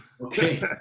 Okay